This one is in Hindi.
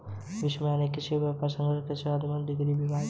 विश्व में अनेक कृषि व्यापर संघ और कृषि अकादमिक डिग्री विभाग है